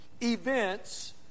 events